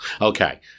Okay